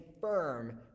firm